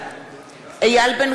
בעד איל בן